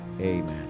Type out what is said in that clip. Amen